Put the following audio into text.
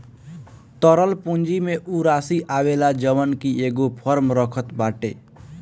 तरल पूंजी में उ राशी आवेला जवन की एगो फर्म रखत बाटे